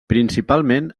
principalment